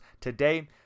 today